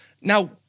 Now